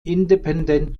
independent